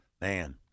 Man